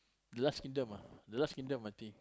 the last kingdom ah the last kingdom I think